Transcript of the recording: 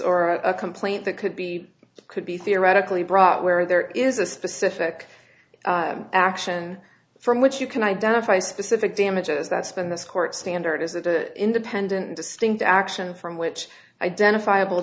or a complaint that could be could be theoretically brought where there is a specific action from which you can identify specific damages that's been this court standard is that an independent distinct action from which identifiable